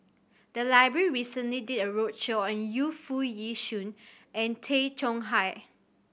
the library recently did a roadshow on Yu Foo Yee Shoon and Tay Chong Hai